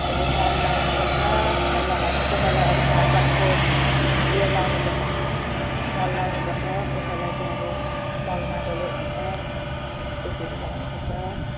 के अरे मल लगाउनुपर्छ मल लगाएर कसैलाई अब झारपातको उयो लगाउनुपर्छ मल लगाउनुपर्छ कसैलाई चाहिँ अब मलमाटोले हुन्छ अब त्यसरी लगाउनुपर्छ